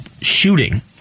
shooting